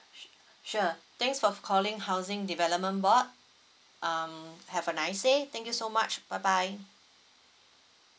su~ sure thanks for calling housing development board um have a nice day thank you so much bye bye